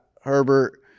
Herbert